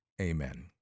Amen